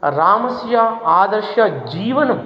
रामस्य आदर्शजीवनं